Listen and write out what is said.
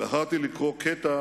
בחרתי לקרוא קטע